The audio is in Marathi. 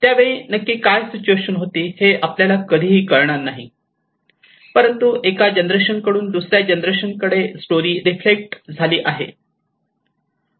त्या वेळी नक्की काय सिच्युएशन होती हे आपल्याला कधी कळणार नाही परंतु एका जनरेशन कडून दुसऱ्या जनरेशन कडे स्टोरी रिफ्लेक्ट झाली आहे